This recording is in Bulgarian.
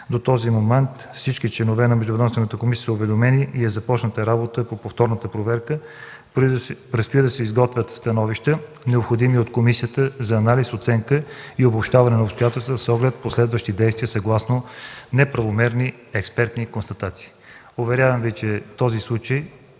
До този момент всички членове на междуведомствената комисия са уведомени и е започнала работа по повторната проверка. Предстои да се изготвят становища от комисията, необходими за анализ, оценка и обобщаване на обстоятелствата, с оглед последващи действия, съгласно неправомерни експертни констатации. Уверявам Ви, че този случай